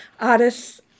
artists